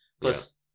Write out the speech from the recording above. Plus